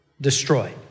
destroyed